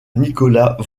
nicolas